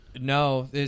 no